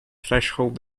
threshold